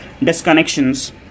disconnections